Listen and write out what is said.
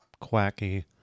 quacky